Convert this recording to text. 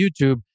YouTube